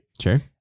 Sure